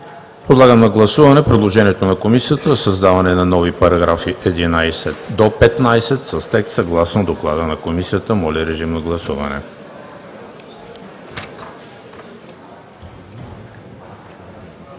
Подлагам на гласуване предложението на Комисията за създаване на нови параграфи от 11 до 15, с текст съгласно Доклада на Комисията. Гласували